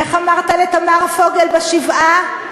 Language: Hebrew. איך אמרת לתמר פוגל בשבעה: